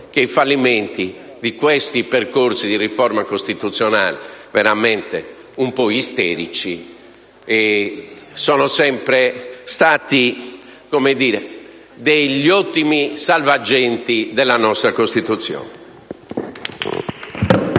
che i fallimenti di questi percorsi di riforma costituzionale, veramente un po' isterici, sono sempre stati degli ottimi salvagente della nostra Costituzione.